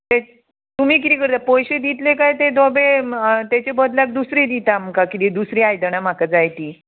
ते तुमी किदें करता पोयशे दितले काय ते धोबे तेचे बदलाक दुसरी दिता आमकां किदें दुसरी आयदनां म्हाका जाय तीं